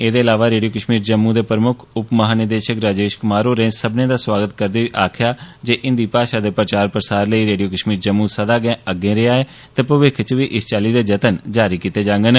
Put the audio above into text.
एहदे इलावा रेडियो कश्मीर जम्मू दे प्रमुक्ख उप महानिदेशक राजेश कुमार होरें सब्बनें दा स्वागत करदे होई आक्खेआ जे हिन्दी भाषा दे प्रचार प्रसार लेई रेडियो कश्मीर जम्मू सदा गै अब्बल रेया ऐ ते भविक्ख च बी इस चाल्ली दे जतन जारी रक्खे जांगन